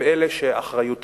הם אלה שאחריותם